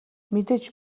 мэдээж